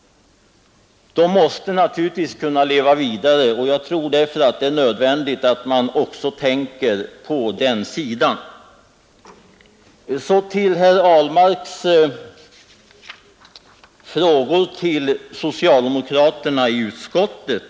De måste naturligtvis kunna leva vidare. Det är därför enligt min mening nödvändigt att också tänka på den sidan av saken. Så till herr Ahlmarks frågor till socialdemokraterna i utskottet.